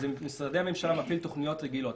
אלא משרדי הממשלה מפעילים תוכניות רגילות.